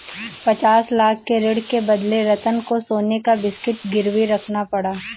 पचास लाख के ऋण के बदले रतन को सोने का बिस्कुट गिरवी रखना पड़ा